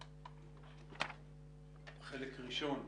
חלק ראשון,